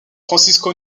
francisco